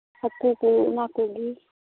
ᱦᱟᱹᱠᱩ ᱠᱚ ᱚᱱᱟᱠᱚᱜᱮ